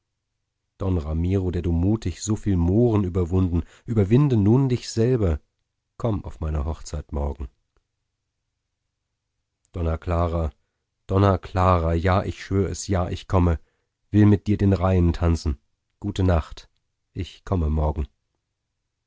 don ramiro der du mutig so viel mohren überwunden überwinde nun dich selber komm auf meine hochzeit morgen donna clara donna clara ja ich schwör es ja ich komme will mit dir den reihen tanzen gute nacht ich komme morgen